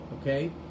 Okay